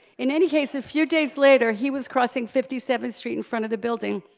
in any case, a few days later, he was crossing fifty seventh street in front of the building,